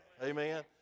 Amen